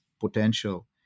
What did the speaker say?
potential